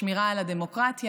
השמירה על הדמוקרטיה,